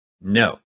No